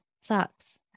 sucks